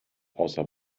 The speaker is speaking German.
außer